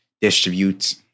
distribute